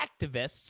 activists